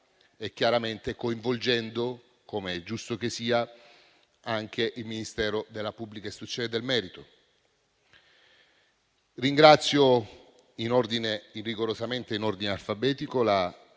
e chiaramente coinvolgendo - come è giusto che sia - anche il Ministero della pubblica istruzione e del merito. Ringrazio, rigorosamente in ordine alfabetico, le